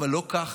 אבל לא ככה,